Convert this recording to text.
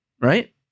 right